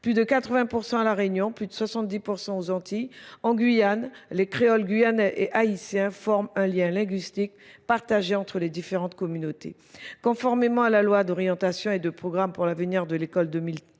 Plus de 80% à La Réunion, plus de 70% aux Antilles. En Guyane, les créoles guyanais et haïtiens forment un lien linguistique partagé entre les différentes communautés. Conformément à la loi d'orientation et de programme pour l'avenir de l'école de